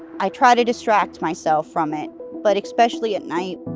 i try to distract myself from it, but especially at night,